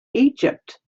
egypt